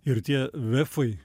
ir tie vefai